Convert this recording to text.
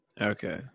Okay